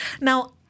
Now